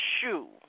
shoe